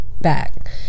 back